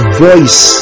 voice